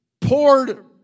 poured